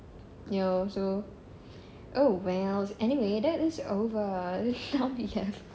ya also oh well anyway that is over now we have